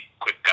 quick